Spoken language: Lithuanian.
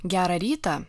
gerą rytą